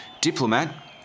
Diplomat